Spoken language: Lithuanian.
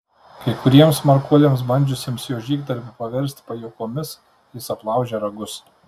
kai kuriems smarkuoliams bandžiusiems jo žygdarbį paversti pajuokomis jis aplaužė ragus